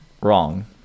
wrong